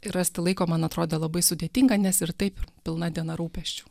ir rasti laiko man atrodė labai sudėtinga nes ir taip pilna diena rūpesčių